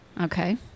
Okay